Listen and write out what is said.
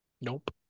Nope